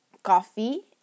coffee